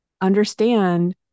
understand